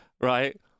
right